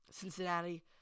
Cincinnati